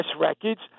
records